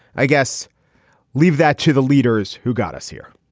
i guess leave that to the leaders who got us here